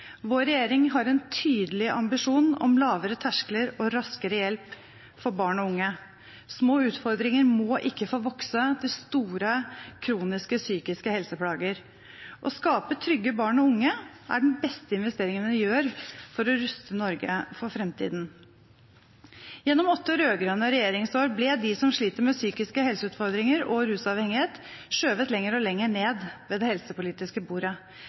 Vår regjering har en tydelig ambisjon om lavere terskler og raskere hjelp til barn og unge. Små utfordringer må ikke få vokse til store, kroniske psykiske helseplager. Å skape trygge barn og unge er den beste investeringen vi gjør for å ruste Norge for framtiden. Gjennom åtte rød-grønne regjeringsår ble de som sliter med psykiske helseutfordringer og rusavhengighet, skjøvet lenger og lenger ned ved det helsepolitiske bordet.